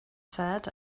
said